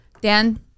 Dan